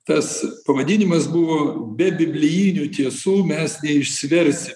tas pavadinimas buvo be biblijinių tiesų mes neišsiversim